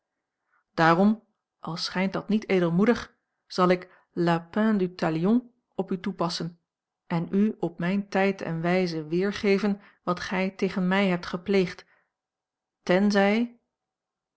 daarom al schijnt dat niet edelmoedig zal ik la peine du talion op u toepassen en u op mijn tijd en wijze weergeven wat gij tegen mij hebt gepleegd tenzij